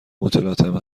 متلاطم